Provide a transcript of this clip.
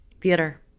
Theater